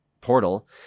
Portal